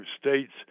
states